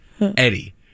Eddie